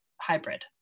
hybrid